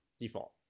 default